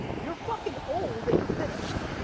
you're fucking old and you're finished.